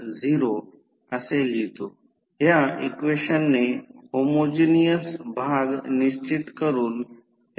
तर कार्यक्षमता केव्हा मिळेल आउटपुट V2 I2 cos ∅1∅2 आहे